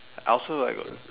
I also like